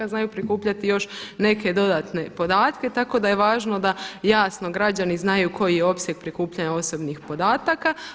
Znaju prikupljati još neke dodatne podatke, tako da je važno da jasno građani znaju koji je opseg prikupljanja osobnih podataka.